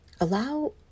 allow